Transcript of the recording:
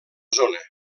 zona